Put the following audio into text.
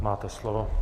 Máte slovo.